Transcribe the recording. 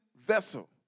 vessel